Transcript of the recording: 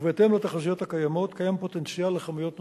ובהתאם לתחזיות הקיימות קיים פוטנציאל לכמויות נוספות.